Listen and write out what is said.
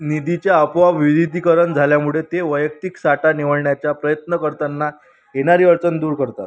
निधीचे आपोआप विलिधीकरण झाल्यामुळे ते वैयक्तिक साठा निवळण्याचा प्रयत्न करताना येणारी अडचण दूर करतात